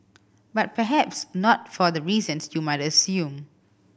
but perhaps not for the reasons you might assume